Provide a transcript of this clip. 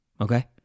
Okay